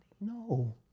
No